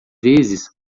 vezes